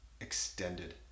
extended